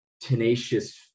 tenacious